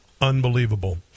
unbelievable